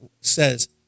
says